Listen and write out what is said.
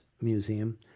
Museum